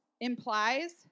implies